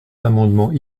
amendements